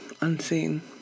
unseen